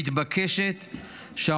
זו הצעת חוק הגיונית ומתבקשת,